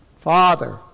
Father